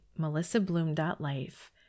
melissabloom.life